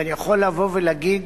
ואני יכול לבוא ולהגיד